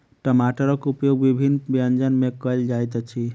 टमाटरक उपयोग विभिन्न व्यंजन मे कयल जाइत अछि